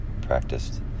practiced